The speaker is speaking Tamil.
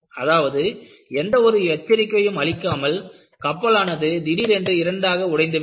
அதாவது எந்த ஒரு எச்சரிக்கையும் அளிக்காமல் கப்பலானது திடீரென்று இரண்டாக உடைந்து விட்டது